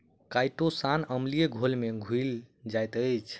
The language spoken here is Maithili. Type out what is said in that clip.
काइटोसान अम्लीय घोल में घुइल जाइत अछि